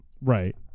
Right